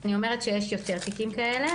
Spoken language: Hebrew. אני אומרת שיש יותר תיקים כאלה.